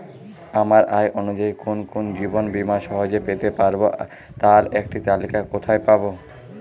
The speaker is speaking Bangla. আমার আয় অনুযায়ী কোন কোন জীবন বীমা সহজে পেতে পারব তার একটি তালিকা কোথায় পাবো?